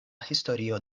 historio